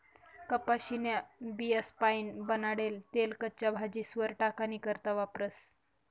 कपाशीन्या बियास्पाईन बनाडेल तेल कच्च्या भाजीस्वर टाकानी करता वापरतस